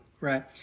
right